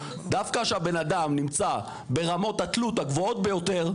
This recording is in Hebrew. דווקא שבן אדם נמצא ברמות התלות הגבוהות ביותר,